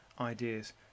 ideas